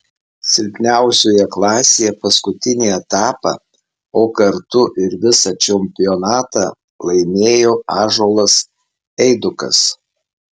silpniausioje klasėje paskutinį etapą o kartu ir visą čempionatą laimėjo ąžuolas eidukas